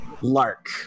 Lark